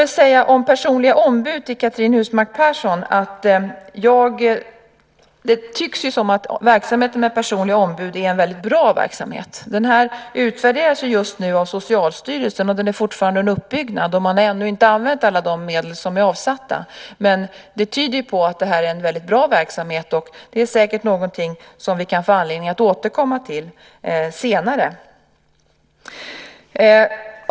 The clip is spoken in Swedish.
När det gäller personliga ombud vill jag säga till Cristina Husmark Pehrsson att det tycks som om verksamheten med personliga ombud är en väldigt bra verksamhet. Den utvärderas just nu av Socialstyrelsen. Den är fortfarande under uppbyggnad, och man har ännu inte använt alla de medel som är avsatta. Men mycket tyder på att det är en väldigt bra verksamhet. Det är säkert någonting som vi kan få anledning att återkomma till senare.